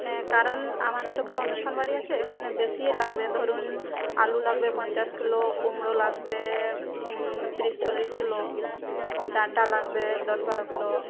হ্যাঁ কারণ আমার তো একটা অনুষ্ঠান বাড়ি আছে এখানে বেশিই লাগবে ধরুন আলু লাগবে পঞ্চাশ কিলো কুমড়ো লাগবে তিরিশ চল্লিশ কিলো ডাঁটা লাগবে দশ বারো কিলো